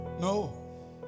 No